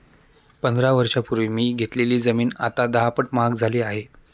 पंधरा वर्षांपूर्वी मी घेतलेली जमीन आता दहापट महाग झाली आहे